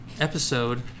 episode